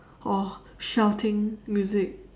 oh shouting music